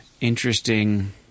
interesting